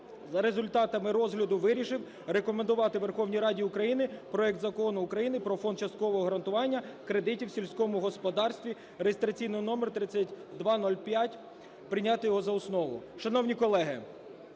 за результатами розгляду вирішив рекомендувати Верховній Раді України проект Закону України про Фонд часткового гарантування кредитів у сільському господарстві (реєстраційний номер 3205) прийняти його за основу.